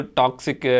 toxic